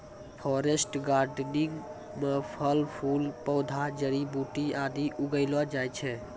forest gardening म फल फूल पौधा जड़ी बूटी आदि उगैलो जाय छै